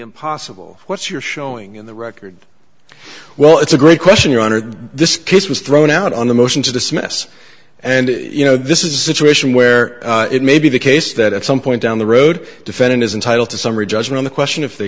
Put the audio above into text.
impossible what's your showing in the record well it's a great question your honor this case was thrown out on the motion to dismiss and you know this is a situation where it may be the case that at some point down the road defendant is entitled to summary judgment on the question if they